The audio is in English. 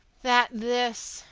that this,